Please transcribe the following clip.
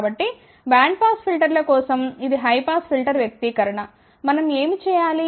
కాబట్టి బ్యాండ్పాస్ ఫిల్టర్ల కోసం ఇది హై పాస్ ఫిల్టర్ వ్యక్తీకరణ మనం ఏమి చేయాలి